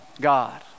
God